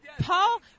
Paul